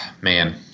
Man